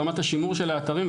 ברמת השימור של האתרים,